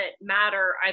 matter